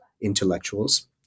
intellectuals